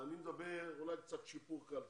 אולי קצת שיפור קל צריך,